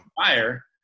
fire